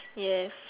yes